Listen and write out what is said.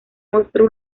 mostró